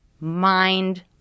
mind